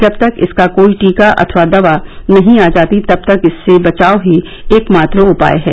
जब तक इसका कोई टीका अथवा दवा नहीं आ जाती तब तक इससे बचाव ही एकमात्र उपाय है